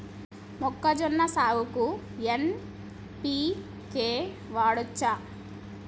మొక్కజొన్న సాగుకు ఎన్.పి.కే వాడచ్చా?